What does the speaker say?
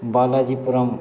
Balajipuram